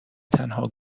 تنها